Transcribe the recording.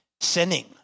sinning